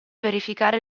verificare